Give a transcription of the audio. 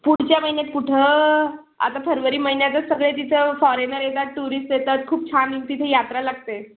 पुढच्या महिन्यात कुठं आता फरवरी महिन्यातच सगळे तिथं फॉरेनर येतात टुरिस्ट येतात खूप छान तिथे यात्रा लागते